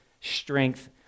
strength